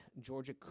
Georgia